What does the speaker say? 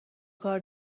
کار